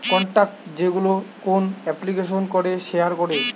contact যেইগুলো কোন এপ্লিকেশানে করে শেয়ার করে